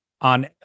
on